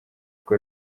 urwo